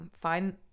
find